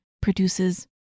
produces